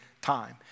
time